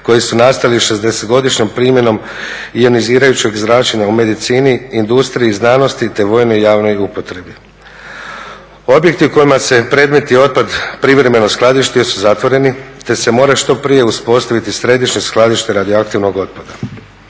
koji su nastali šezdesetogodišnjom primjenom ionizirajućeg zračenja u medicini, industriji, znanosti, te vojnoj i javnoj upotrebi. Objekti u kojima se predmetni otpad privremeno skladištio su zatvoreni te se mora što prije uspostaviti središnje skladište radioaktivnog otpada.